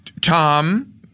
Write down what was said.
Tom